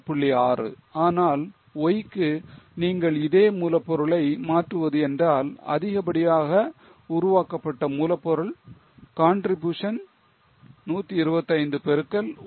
6 ஆனால் Y க்கு நீங்கள் இதே மூலப்பொருளை மாற்றுவது என்றால் அதிகப்படியாக உருவாக்கப்பட்ட மூலப்பொருள் contribution 125 பெருக்கல்1